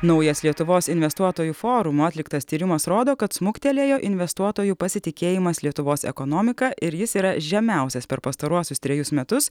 naujas lietuvos investuotojų forumo atliktas tyrimas rodo kad smuktelėjo investuotojų pasitikėjimas lietuvos ekonomika ir jis yra žemiausias per pastaruosius trejus metus